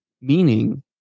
Meaning